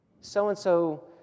So-and-so